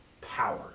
power